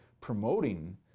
promoting